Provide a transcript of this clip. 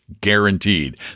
guaranteed